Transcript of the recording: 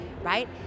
right